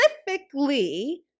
specifically